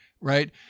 Right